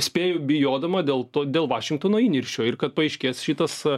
spėju bijodama dėl to dėl vašingtono įniršio ir kad paaiškės šitas